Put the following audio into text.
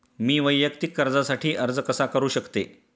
मी वैयक्तिक कर्जासाठी अर्ज कसा करु शकते?